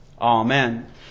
Amen